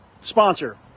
sponsor